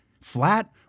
flat